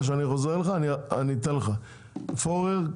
פורר,